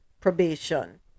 probation